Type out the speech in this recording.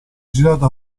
girato